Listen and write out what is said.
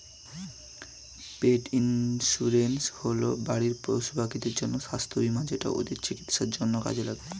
পেট insurance হল বাড়ির পশুপাখিদের জন্য স্বাস্থ্য বীমা যেটা ওদের চিকিৎসার জন্য কাজে লাগে